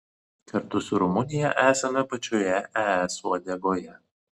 kartu su rumunija esame pačioje es uodegoje